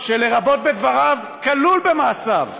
ש"לרבות בדבריו" כלול ב"מעשיו",